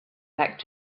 back